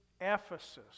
Ephesus